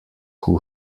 who